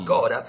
God